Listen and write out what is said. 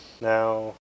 Now